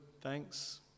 thanks